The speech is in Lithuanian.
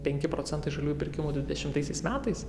penki procentai žaliųjų pirkimų dvidešimtaisiais metais